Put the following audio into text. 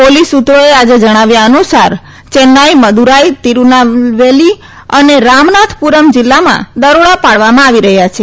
ોલીસ સૂત્રોએ આજે જણાવ્યા અનુસાર ચૈન્નઇ મદુરાઇ તિરૂનાલવેલી અને રામનાથપુરમ જીલ્લામાં દરોડા ાડવામાં આવી રહ્યા છે